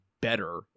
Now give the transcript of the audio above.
better